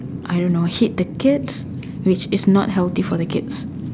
I don't know hit the kids which is not healthy for the kid